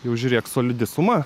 jau žiūrėk solidi suma